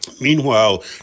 Meanwhile